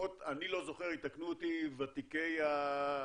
לפחות אני לא זוכר, יתקנו אותי ותיקי הממ"מ,